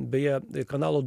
beje kanalo